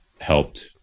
helped